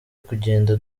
kugenda